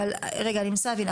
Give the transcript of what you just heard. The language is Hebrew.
רגע אני מנסה להבין,